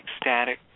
ecstatic